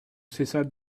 cessât